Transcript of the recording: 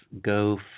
go